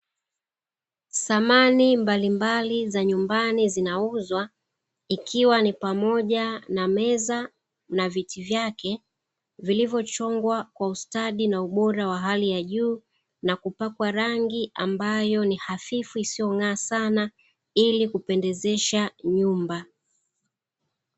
Samani mbalimbali za nyumbani zinauzwa ikiwa ni pamoja na meza na viti vyake, vilivyochongwa kwa ustadi na ubora wa hali ya juu na kupakwa rangi ambayo ni hafifu isiyong’aa sana ili kupendezesha nyumba.